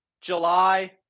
july